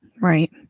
right